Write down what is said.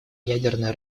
ядерное